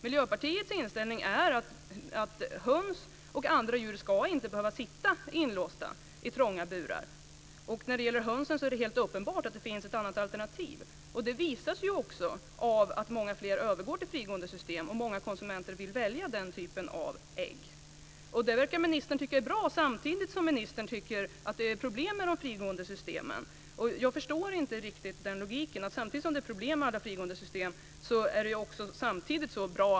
Miljöpartiets inställning är att höns och andra djur inte ska behöva sitta inlåsta i trånga burar. När det gäller höns är det helt uppenbart att det finns alternativ. Det visar sig ju också i och med att alltfler går över till frigåendesystem och att många konsumenter vill välja den typen av ägg. Det verkar ministern tycka är bra, samtidigt som ministern tycker att det är problem med frigåendesystemen. Jag förstår inte riktigt logiken där. Samtidigt som det är problem med alla frigåendesystem är det så bra.